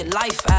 life